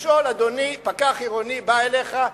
לשאול: אדוני, פקח עירוני בא אליך,